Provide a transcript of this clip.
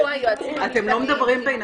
אתם לא מדברים ביניכם?